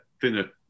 thinner